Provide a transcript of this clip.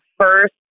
first